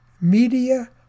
Media